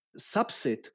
subset